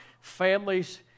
families